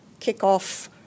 kickoff